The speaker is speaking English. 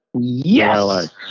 Yes